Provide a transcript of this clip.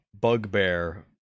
bugbear